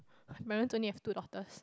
parents only have two daughters